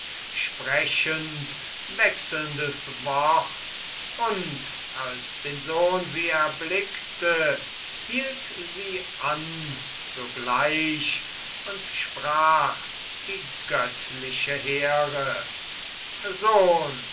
sprechend wechselndes wort und als den sohn sie erblickte hielt sie ihn an sogleich und sprach die göttliche here sohn